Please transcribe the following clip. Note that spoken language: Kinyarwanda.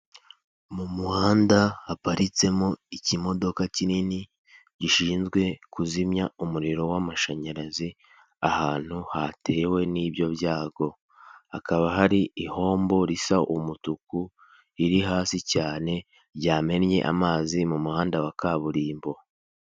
Mu muhanda haparitsemo ikimodoka kinini gishinzwe kuzimya umuriro w'amashanyarazi ahantu hatewe n'ibyo byago hakaba hari ihombo risa umutuku riri hasi cyane ryamennye amazi mu muhanda wa kaburimbo.